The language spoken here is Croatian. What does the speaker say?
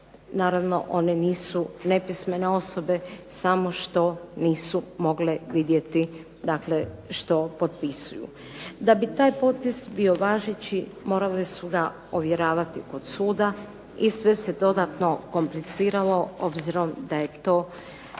naravno one nisu nepismene osobe, samo što nisu mogle vidjeti što potpisuju. Da bi taj potpis bio važeći morale su ga ovjeravati kod suda i sve se dodatno kompliciralo obzirom da je to